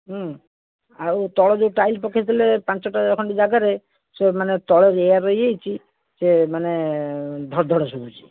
ଆଉ ତଳ ଯେଉଁ ଟାଇଲ୍ ପକାଇଥିଲେ ପାଞ୍ଚଟା ଖଣ୍ଡେ ଜାଗାରେ ସେ ମାନେ ତଳ ଏୟାର ରହିଯାଇଛି ସେ ମାନେ ଧଡ଼୍ଧଡ଼୍ ଶୁଭୁଛି